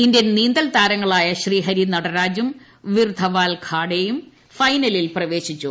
Indian നീന്തൽ താരങ്ങളായ ശ്രീഹരി നടരാജും വീർധവാൽ ഖാഡെയും ഫൈനലിൽ പ്രവേശിച്ചു